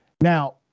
Now